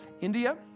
India